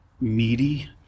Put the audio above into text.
meaty